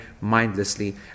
mindlessly